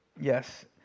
Yes